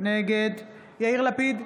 נגד יאיר לפיד,